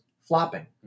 flopping